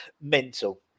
mental